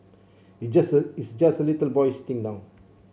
it's just it's just a little boy sitting down